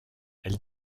elle